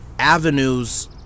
avenues